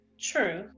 True